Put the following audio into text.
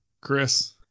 Chris